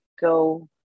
go